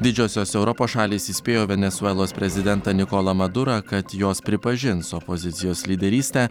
didžiosios europos šalys įspėjo venesuelos prezidentą nikolą madurą kad jos pripažins opozicijos lyderystę